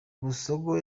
busogo